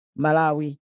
Malawi